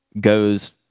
goes